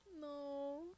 no